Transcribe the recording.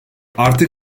artık